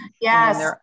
yes